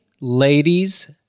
Ladies